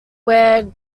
wear